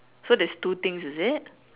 so there's two things is it